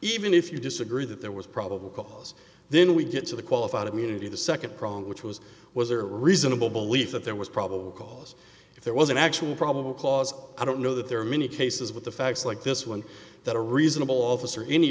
even if you disagree that there was probable cause then we get to the qualified immunity the nd prong which was was there reasonable belief that there was probable cause if there was an actual probable cause i don't know that there are many cases with the facts like this one that a reasonable